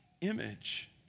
image